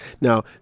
Now